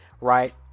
right